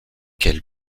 quelle